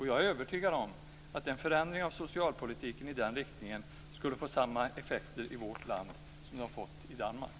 Jag är övertygad om att en förändring av socialpolitiken i den riktningen skulle få samma effekter i vårt land som de har fått i Danmark.